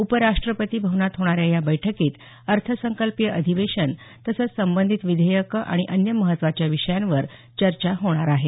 उपराष्ट्रपती भवनात होणाऱ्या या बैठकीत अर्थसंकल्पीय अधिवेशन तसंच संबंधीत विधेयकं आणि अन्य महत्वाच्या विषयांवर चर्चा होणार आहे